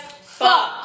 fuck